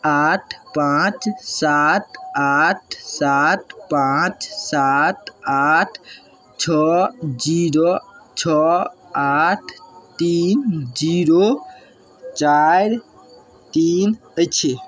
आठ पाँच सात आठ सात पाँच सात आठ छओ जीरो छओ आठ तीन जीरो चारि तीन अछि